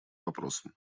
вопросом